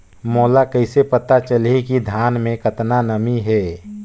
मोला कइसे पता चलही की धान मे कतका नमी हे?